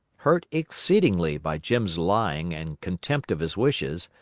hurt exceedingly by jim's lying and contempt of his wishes,